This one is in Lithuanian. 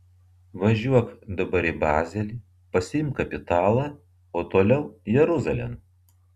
važiuok dabar į bazelį pasiimk kapitalą o toliau jeruzalėn